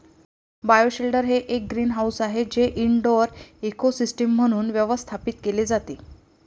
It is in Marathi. बायोशेल्टर हे एक सौर ग्रीनहाऊस आहे जे इनडोअर इकोसिस्टम म्हणून व्यवस्थापित केले जाते